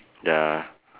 ya